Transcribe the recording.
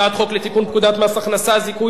הצעת חוק לתיקון פקודת מס הכנסה (זיכוי